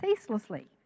ceaselessly